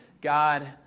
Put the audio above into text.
God